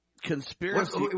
Conspiracy